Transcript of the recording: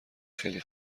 خیلی